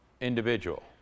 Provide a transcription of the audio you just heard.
individual